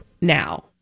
now